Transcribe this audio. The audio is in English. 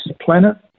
planet